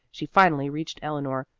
she finally reached eleanor,